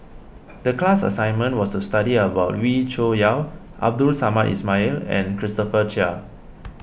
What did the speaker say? the class assignment was to study about Wee Cho Yaw Abdul Samad Ismail and Christopher Chia